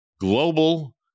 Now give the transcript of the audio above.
Global